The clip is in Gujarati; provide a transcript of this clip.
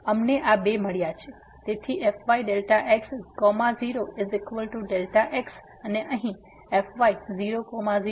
તેથી fyΔx0Δx અને અહીં fy000